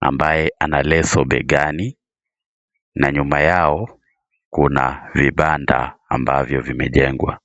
ambaye ana leso begani na nyuma yao kuna vibanda ambavyo vimejengwa.